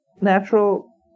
natural